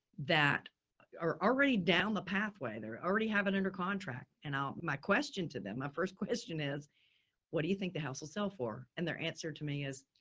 that are already down the pathway. they're already have an under contract and i'll my question to them, my first question is what do you think the house sell for? and their answer to me is,